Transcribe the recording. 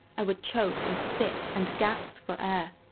i would choke and spit and gasp for air.